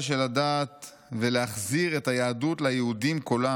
של הדת ולהחזיר את היהדות ליהודים כולם.